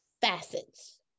facets